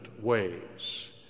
ways